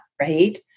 right